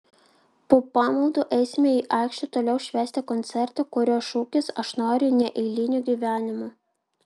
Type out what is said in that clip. po pamaldų eisime į aikštę toliau švęsti koncerte kurio šūkis aš noriu neeilinio gyvenimo